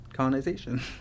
Colonization